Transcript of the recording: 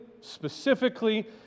specifically